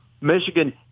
Michigan